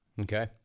Okay